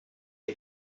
est